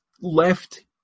left